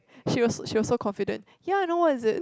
she was she was so confident ya I know what is it